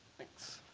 thanks.